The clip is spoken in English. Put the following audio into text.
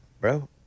Bro